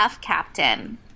Captain